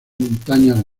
montañas